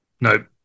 nope